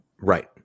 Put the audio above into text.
Right